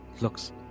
looks